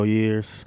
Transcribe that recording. years